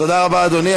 תודה רבה, אדוני.